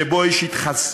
שבו יש התחייבות